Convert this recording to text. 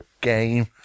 game